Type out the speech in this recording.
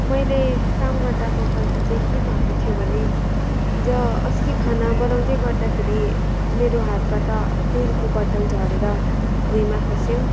मैले काम गर्दाको गल्ती चाहिँ के भएको थियो भने हिजो अस्ति खाना बनाउँदै गर्दाखेरि मेरो हातबाट तेल को बत्तल झरेर भुँइमा खस्यो